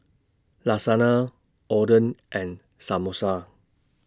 Lasagna Oden and Samosa